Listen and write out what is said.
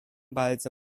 bardzo